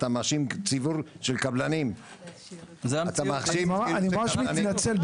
אתה מאשים ציבור של קבלנים --- זו המציאות --- אני ממש מתנצל.